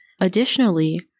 Additionally